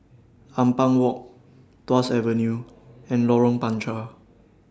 Ampang Walk Tuas Avenue and Lorong Panchar